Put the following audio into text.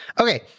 okay